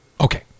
Okay